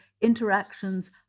interactions